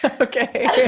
Okay